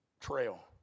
trail